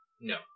No